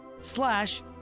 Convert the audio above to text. Slash